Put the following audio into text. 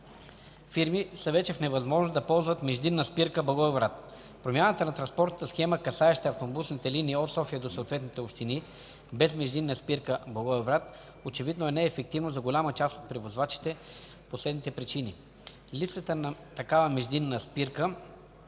фирми са вече в невъзможност да ползват междинна спирка – Благоевград. Промяната на транспортната схема, касаеща автобусните линии от София до съответните общини без междинна спирка – Благоевград, очевидно е неефективно за голяма част от превозвачите по следните причини: липсата на такава междинна спирка